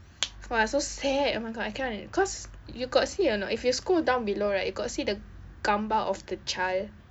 !wah! so sad oh my god I cannot leh cause you got see or not if you scroll down below right you got see the gambar of the child